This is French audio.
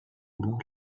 vouloir